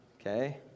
okay